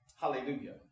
hallelujah